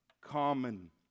common